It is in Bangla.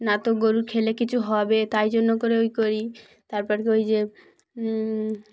না তো গরুর খেলে কিছু হবে তাই জন্য করে ওই করি তারপর কি ওই যে